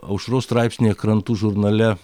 aušros straipsnyje krantų žurnale